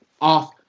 off